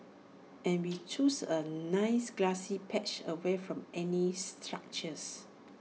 and we chose A nice grassy patch away from any structures